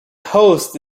hosts